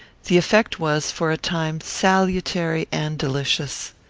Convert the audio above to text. the effect was, for a time, salutary and delicious.